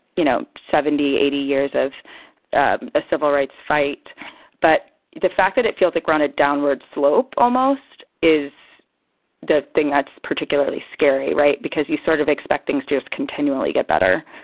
you know, seventy, eighty years of ah a civil rights fight but the fact that it feels like you're on a downward slope almost is the thing that's particularly scary, right. because you sort of expect things just continually get better